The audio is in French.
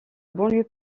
banlieue